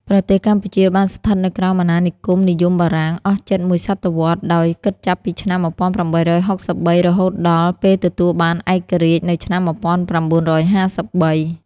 ប្រទេសកម្ពុជា បានស្ថិតនៅក្រោមអាណានិគមនិយមបារាំង អស់ជិតមួយសតវត្ស ដោយ គិតចាប់ពីឆ្នាំ១៨៦៣ រហូតដល់ ពេលទទួលបានឯករាជ្យនៅឆ្នាំ១៩៥៣។